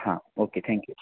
हां okay thank you